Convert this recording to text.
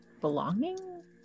belonging